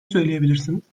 söyleyebilirsiniz